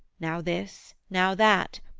now this, now that,